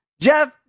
Jeff